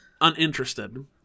uninterested